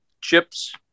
chips